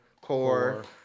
Core